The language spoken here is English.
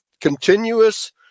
continuous